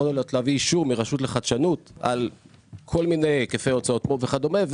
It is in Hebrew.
להביא אישור מהרשות לחדשנות על כל מיני היקפי הוצאות וכדומה,